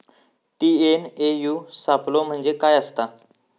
TNAU सापलो म्हणजे काय असतां?